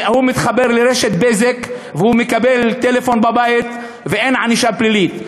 הוא מתחבר לרשת "בזק" והוא מקבל טלפון בבית ואין ענישה פלילית,